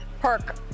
Perk